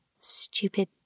Stupid